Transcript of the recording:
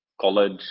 college